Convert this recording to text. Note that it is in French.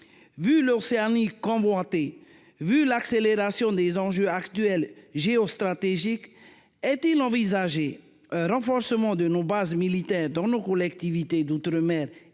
vu l'Océanie convoité, vu l'accélération des enjeux actuels géostratégique est-il envisagé renforcement de nos bases militaires dans nos collectivités d'Outre-Mer,